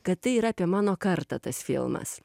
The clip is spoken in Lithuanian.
kad tai yra apie mano kartą tas filmas